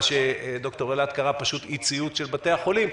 מה שד"ר אלעד קרא לו פשוט: אי ציות של בתי החולים,